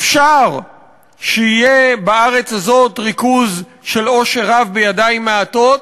אפשר שיהיה בארץ הזאת ריכוז של עושר רב בידיים מעטות,